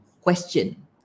question